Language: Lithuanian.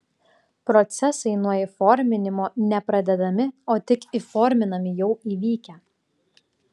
procesai nuo įforminimo ne pradedami o tik įforminami jau įvykę